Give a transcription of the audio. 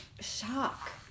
shock